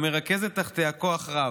המרכזת תחתיה כוח רב,